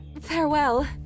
farewell